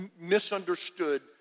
misunderstood